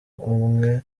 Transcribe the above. umwe